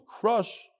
crush